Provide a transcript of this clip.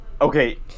okay